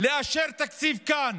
לאשר תקציב כאן